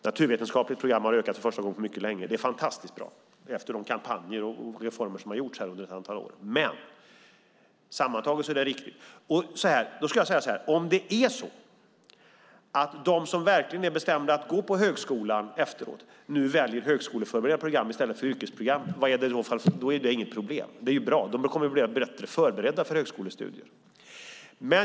Naturvetenskapligt program har ökat för första gången på mycket länge. Det är fantastiskt bra efter de kampanjer och reformer som har gjorts under ett antal år. Men sammantaget är det riktigt. Det är inget problem om de som verkligen är bestämda att gå på högskolan efteråt nu väljer högskoleförberedande program i stället för yrkesprogram. Det är ju bra. De kommer bättre förberedda för högskolestudier.